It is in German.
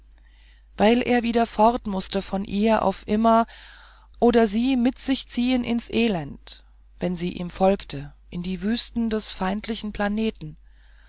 weil er wieder fort mußte von ihr auf immer oder sie mit sich ziehen ins elend wenn sie ihm folgte in die wüsten des feindlichen planeten